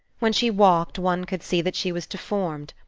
when she walked, one could see that she was deformed,